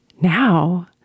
now